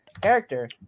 character